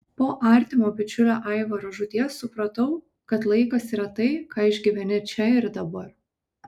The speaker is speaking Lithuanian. po artimo bičiulio aivaro žūties supratau kad laikas yra tai ką išgyveni čia ir dabar